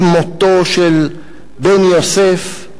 למותו של בן יוסף,